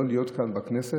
שהם לא יהיו כאן בכנסת.